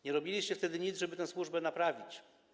Nie robiliście wtedy nic, żeby tę służbę naprawić.